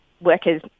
workers